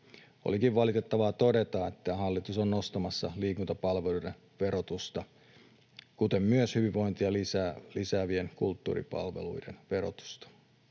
Olikin valitettavaa todeta, että hallitus on nostamassa liikuntapalveluiden verotusta, kuten myös hyvinvointia lisäävien kulttuuripalveluiden verotusta.